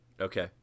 Okay